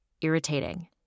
irritating